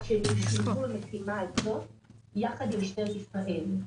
שישולבו למשימה זאת יחד עם משטרת ישראל.